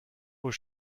aux